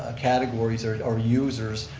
ah categories or or users,